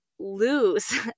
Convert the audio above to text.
lose